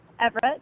Everett